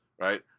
Right